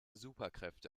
superkräfte